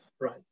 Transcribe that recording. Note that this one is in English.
right